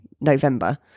november